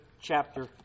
chapter